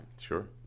Sure